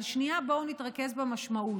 אבל שנייה, בואו נתרכז במשמעות.